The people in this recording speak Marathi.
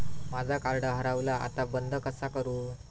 माझा कार्ड हरवला आता बंद कसा करू?